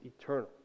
eternal